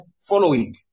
following